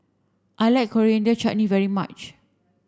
I like Coriander Chutney very much